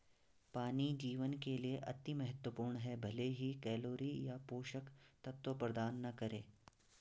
पानी जीवन के लिए अति महत्वपूर्ण है भले ही कैलोरी या पोषक तत्व प्रदान न करे